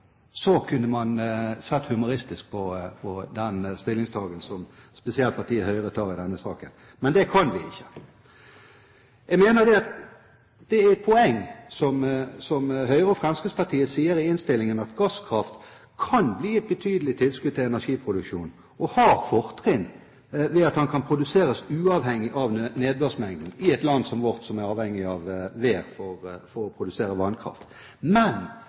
så alvorlig, kunne man sett humoristisk på den stillingtaken som spesielt partiet Høyre har i denne saken. Men det kan vi ikke. Jeg mener at det er poeng det som Høyre og Fremskrittspartiet sier i innstillingen, at gasskraftverk kan bli et betydelig tilskudd til energiproduksjonen, og har fortrinn ved at gasskraft kan produseres uavhengig av nedbørsmengden, i et land som vårt, som er avhengig av vær for å produsere vannkraft. Men